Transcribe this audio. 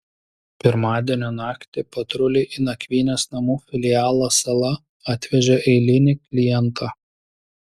pirmadienio naktį patruliai į nakvynės namų filialą sala atvežė eilinį klientą